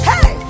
Hey